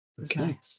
Okay